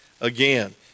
again